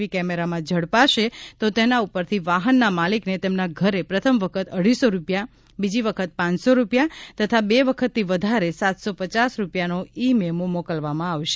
વી કેમેરામાં ઝડપાશે તો તેના ઉપરથી વાહનના માલિકને તેમના ઘરે પ્રથમ વખત અઢીસો રૂપિયા બીજી વખત પાંચસો રૂપિયા તથા બે વખતથી વધારે સાતસો પચાસ રૂપિયાનો ઇ મેમો મોકલવામાં આવશે